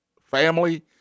family